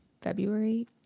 February